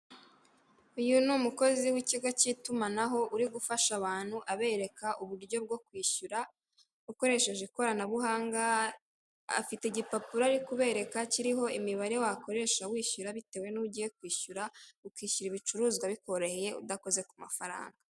Uyu ni umukozi w'ikigo cy'itumanaho uri gufasha abantu abereka uburyo bwo kwishyura ukoresheje ikoranabuhanga, afite igipapuro ari kubereka kiriho imibare wakoresha wishyura bitewe n'uwo ugiye kwishyura, ukishyura ibicuruzwa bikoroheye udakoze ku mafaranga.